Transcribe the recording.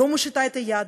לא מושיטה את היד,